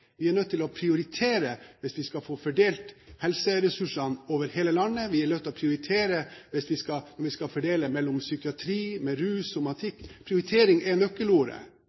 Vi er nødt til å prioritere hvis vi skal få fordelt helseressursene over hele landet, vi er nødt til å prioritere om vi skal fordele mellom psykiatri, rus, somatikk. Prioritering er nøkkelordet,